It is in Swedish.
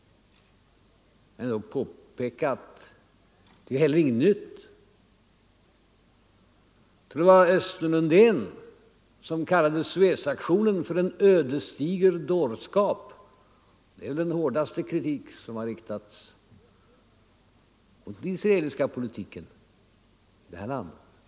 Och jag vill i sammanhanget påpeka att Östen Undén kallade Suezaktionen för en ödesdiger dårskap. Det hade han som utrikesminister helt klart för sig, och det är den hårdaste Nr 127 kritik som riktats mot den israeliska politiken.